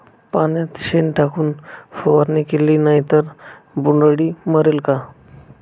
पाण्यात शेण टाकून फवारणी केली तर बोंडअळी मरेल का?